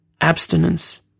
abstinence